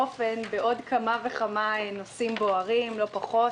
אופן בעוד כמה וכמה נושאים בוערים לא פחות,